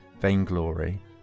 vainglory